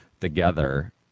together